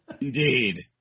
indeed